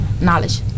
knowledge